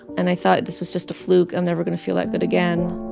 and i thought this was just a fluke. i'm never going to feel like that again